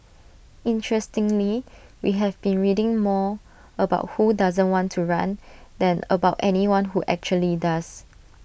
interestingly we have been reading more about who doesn't want to run than about anyone who actually does